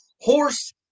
horse